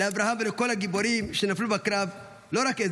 -- ולכל הגיבורים שנפלו בקרב לא רק את